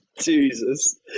jesus